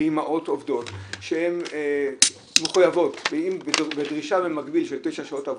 באימהות עובדות שהן מחויבות בדרישה במקביל של תשע שעות עבודה,